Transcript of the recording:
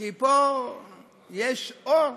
כי פה יש אור.